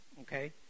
Okay